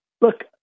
look